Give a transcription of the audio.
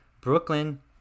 brooklyn